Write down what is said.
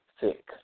sick